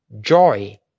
joy